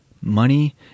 money